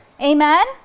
amen